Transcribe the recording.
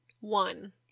One